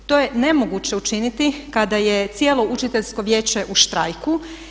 To je nemoguće učiniti kada je cijelo učiteljsko vijeće u štrajku.